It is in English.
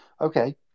okay